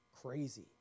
crazy